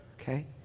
Okay